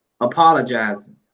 apologizing